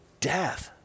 death